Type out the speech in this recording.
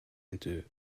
into